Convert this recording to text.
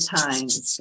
times